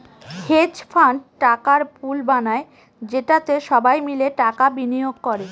hedge fund টাকার পুল বানায় যেটাতে সবাই মিলে টাকা বিনিয়োগ করে